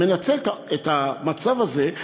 מנצל את המצב הזה,